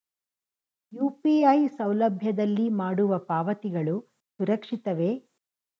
UPI ಸೌಲಭ್ಯದಲ್ಲಿ ಮಾಡುವ ಪಾವತಿಗಳು ಸುರಕ್ಷಿತವೇ?